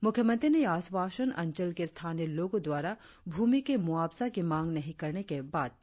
मुख्यमंत्री ने यह आश्वासन अंचल के स्थानीय लोगों द्वारा भ्रमि के मुआवजा की मांग नहीं करने के बाद दिया